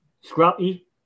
scrappy